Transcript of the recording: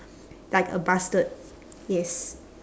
like a bastard yes